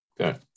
Okay